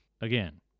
again